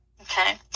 okay